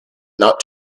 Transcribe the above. not